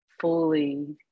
fully